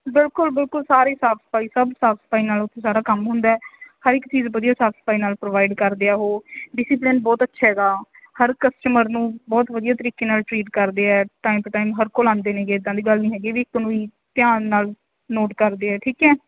ਬਿਲਕੁਲ ਬਿਲਕੁਲ ਸਾਰੇ ਹੀ ਸਾਫ਼ ਸਫ਼ਾਈ ਸਭ ਸਾਫ਼ ਸਫ਼ਾਈ ਨਾਲ ਸਾਰਾ ਕੰਮ ਹੁੰਦਾ ਹਰ ਇੱਕ ਚੀਜ਼ ਵਧੀਆ ਸਾਫ਼ ਸਫ਼ਾਈ ਨਾਲ ਪ੍ਰੋਵਾਈਡ ਕਰਦੇ ਆ ਉਹ ਡਿਸੀਪਲਨ ਬਹੁਤ ਅੱਛਾ ਹੈਗਾ ਹਰ ਕਸਟਮਰ ਨੂੰ ਬਹੁਤ ਵਧੀਆ ਤਰੀਕੇ ਨਾਲ ਟਰੀਟ ਕਰਦੇ ਆ ਟਾਈਮ ਟੂ ਟਾਈਮ ਹਰ ਕੋਲ ਆਉਂਦੇ ਨੇਗੇ ਇੱਦਾਂ ਦੀ ਗੱਲ ਨਹੀਂ ਹੈਗੀ ਵੀ ਇਕ ਨੂੰ ਹੀ ਧਿਆਨ ਨਾਲ ਨੋਟ ਕਰਦੇ ਆ ਠੀਕ ਹੈ